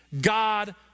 God